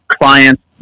clients